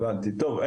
הבנתי טוב,